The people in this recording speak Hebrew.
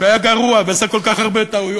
שהיה גרוע, ועשה כל כך הרבה טעויות,